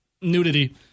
nudity